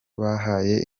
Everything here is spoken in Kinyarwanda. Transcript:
bahaye